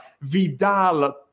Vidal